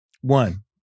One